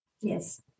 Yes